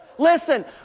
Listen